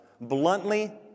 Bluntly